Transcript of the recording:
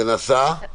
זה נעשה?